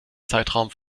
zeitraum